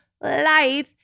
life